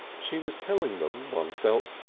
she was telling them, one felt,